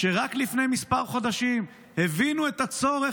שרק לפני כמה חודשים הבינו את הצורך,